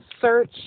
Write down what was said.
search